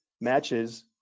matches